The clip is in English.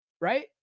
Right